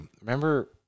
remember